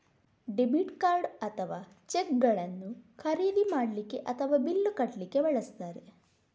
debit card ಅಥವಾ ಚೆಕ್ಗಳನ್ನು ಖರೀದಿ ಮಾಡ್ಲಿಕ್ಕೆ ಅಥವಾ ಬಿಲ್ಲು ಕಟ್ಲಿಕ್ಕೆ ಬಳಸ್ತಾರೆ